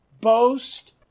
boast